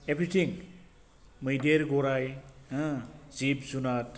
everything मैदेर गराय ओ जिब जुनार